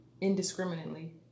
indiscriminately